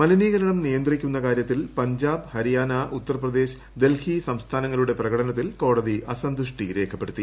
മലിനീകരണം നിയന്ത്രിക്കുന്ന കാര്യത്തിൽ പഞ്ചാബ് ഹരിയാന ഉത്തർപ്രദേശ് ഡൽഹി സംസ്ഥാനങ്ങളുടെ പ്രകടനത്തിൽ കോടതി അസന്തുഷ്ടി രേഖപ്പെടുത്തി